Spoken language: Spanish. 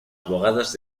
abogados